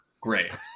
Great